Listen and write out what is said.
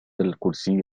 الكرسي